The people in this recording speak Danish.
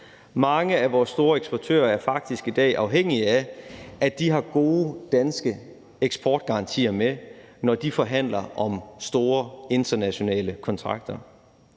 Mange af vores store eksportører er faktisk i dag afhængige af, at de har gode danske eksportgarantier med, når de forhandler om store internationale kontrakter.